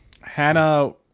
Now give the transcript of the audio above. Hannah